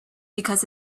because